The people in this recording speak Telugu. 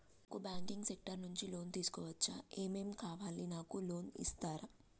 నాకు బ్యాంకింగ్ సెక్టార్ నుంచి లోన్ తీసుకోవచ్చా? ఏమేం కావాలి? నాకు లోన్ ఇస్తారా?